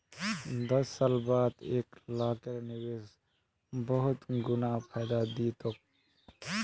दस साल बाद एक लाखेर निवेश बहुत गुना फायदा दी तोक